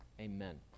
Amen